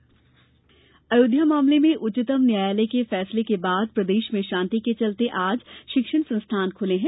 राज्य सामान्य स्थिति अयोध्या मामले में उच्चतम न्यायालय के फैसले के बाद प्रदेश मे शांति के चलते आज शिक्षण संस्थानों खुले हैं